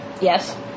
Yes